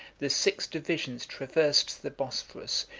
the six divisions traversed the bosphorus,